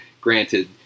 granted